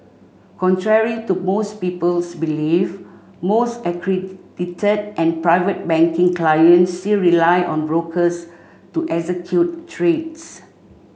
contrary to most people's belief most accredited and Private Banking clients still rely on brokers to execute trades